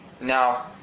Now